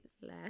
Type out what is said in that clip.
less